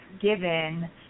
given